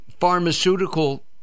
pharmaceutical